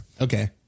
Okay